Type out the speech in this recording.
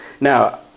Now